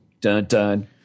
Dun-dun